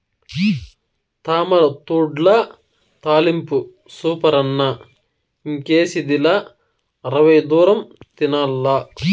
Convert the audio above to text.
తామరతూడ్ల తాలింపు సూపరన్న ఇంకేసిదిలా అరవై దూరం తినాల్ల